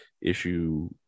issue